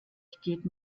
geht